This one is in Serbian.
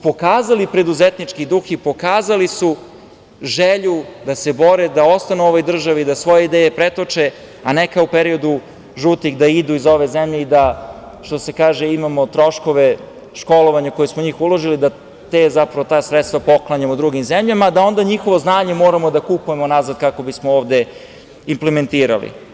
Pokazali su preduzetnički duh i pokazali su želju da se bore da ostanu u ovoj državi i da svoje ideje pretoče, a ne kao u periodu žutih da idu iz ove zemlje i da, što se kaže, imamo troškove školovanja koje smo u njih uložili i da ta sredstva poklanjamo drugim zemljama i da njihovo znanje moramo da kupujemo nazad kako bismo ovde implementirali.